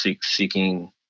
Seeking